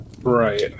Right